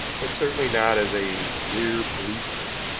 but certainly not as a mere policeman,